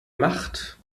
macht